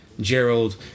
Gerald